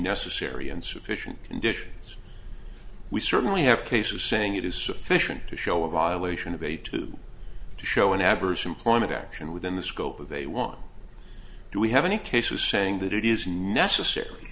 necessary and sufficient conditions we certainly have cases saying it is sufficient to show a violation of a to show an adverse employment action within the scope of they want do we have any cases saying that it is necessar